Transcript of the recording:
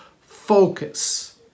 focus